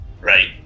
right